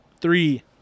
Three